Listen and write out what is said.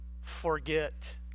forget